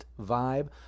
vibe